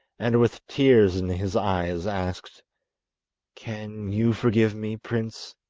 and with tears in his eyes asked can you forgive me, prince